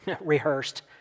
rehearsed